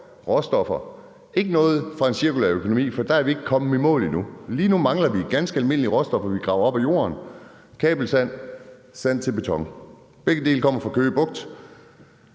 Det er ikke noget i forhold til cirkulær økonomi, for der er vi ikke kommet i mål endnu. Lige nu mangler vi ganske almindelige råstoffer, vi graver op af jorden: kabelsand, sand til beton. Begge dele kommer fra Køge Bugt.